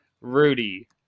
Rudy